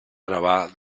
gravar